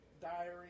diary